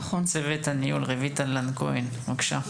צוות הניהול, רויטל לן כהן, בבקשה.